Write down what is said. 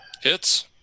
Hits